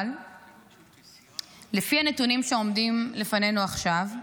אבל לפי הנתונים שעומדים לפנינו עכשיו,